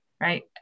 Right